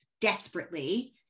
desperately